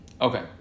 okay